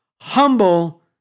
Humble